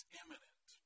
imminent